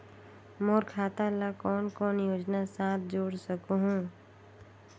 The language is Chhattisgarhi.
मोर खाता ला कौन कौन योजना साथ जोड़ सकहुं?